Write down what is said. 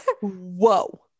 Whoa